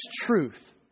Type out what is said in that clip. truth